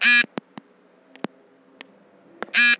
प्राकृतिक रबर एक इलास्टोमेर और एक थर्मोप्लास्टिक है